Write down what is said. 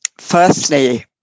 Firstly